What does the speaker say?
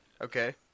Okay